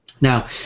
now